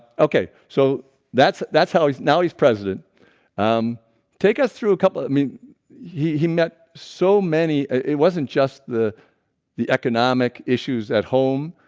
okay. so that's that's how he's now. he's president um take us through a couple i mean he he met so many it wasn't just the the economic issues at home.